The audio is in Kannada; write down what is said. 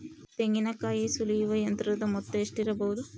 ತೆಂಗಿನಕಾಯಿ ಸುಲಿಯುವ ಯಂತ್ರದ ಮೊತ್ತ ಎಷ್ಟಿರಬಹುದು?